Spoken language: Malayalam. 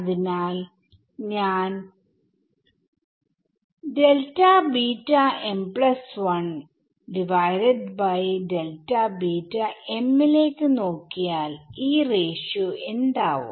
അതിനാൽ ഞാൻ ലേക്ക് നോക്കിയാൽ ഈ റേഷിയോ എന്താവും